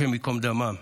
השם ייקום דמם,